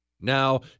Now